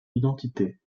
identité